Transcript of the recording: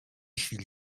chwili